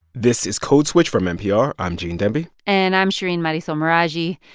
this is code switch from npr. i'm gene demby and i'm shereen marisol meraji.